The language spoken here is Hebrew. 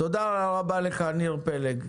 תודה רבה לך, ניר פלג.